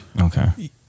Okay